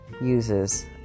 Uses